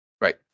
Right